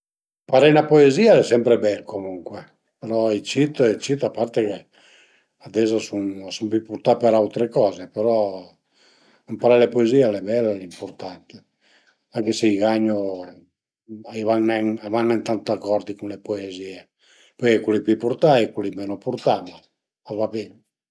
Ëmparé 'na puezìa al e sempre bel comuncue, però i cit i cit a parte che ades a sun pi purtà për autre coze, però ëmparé le puezìe al e bel, al e ëmpurtant anche se i gagnu a i van nen a i van nen tant d'acordi cun le puezìe, pöi a ie culi pi purtà e culi menu purtà, ma a va bin